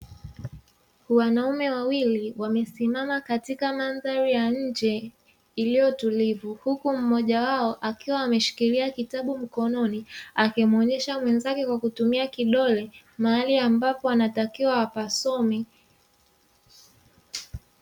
Wanaume wawili wamesimama katika mandhari ya nje iliyo tulivu, huku mmoja wao akiwa ameshikilia kitabu, akimuonesha mwenzake kwa kutumua kidole, mahali wanapotakiwa wapasome.